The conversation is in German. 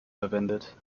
verwendet